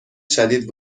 شدید